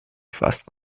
fast